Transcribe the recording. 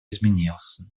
изменился